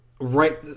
right